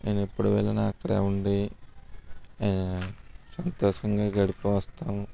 నేను ఎప్పుడు వెళ్ళినా అక్కడ ఉండి సంతోషంగా గడిపి వస్తాను